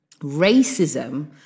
Racism